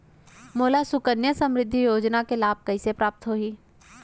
मोला सुकन्या समृद्धि योजना के लाभ कइसे प्राप्त होही?